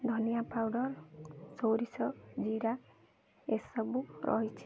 ଧନିଆ ପାଉଡ଼ର୍ ସୋରିଷ ଜିରା ଏସବୁ ରହିଛି